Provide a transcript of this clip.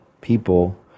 people